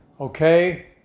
Okay